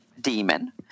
demon